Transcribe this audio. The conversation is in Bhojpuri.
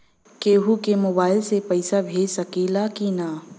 केहू के मोवाईल से भी पैसा भेज सकीला की ना?